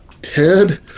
Ted